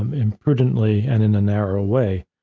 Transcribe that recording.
um imprudently and in a narrow way,